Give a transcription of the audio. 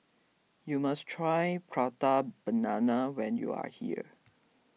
you must try Prata Banana when you are here